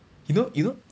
you know you know